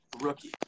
rookie